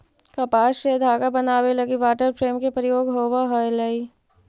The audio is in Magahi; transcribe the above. कपास से धागा बनावे लगी वाटर फ्रेम के प्रयोग होवऽ हलई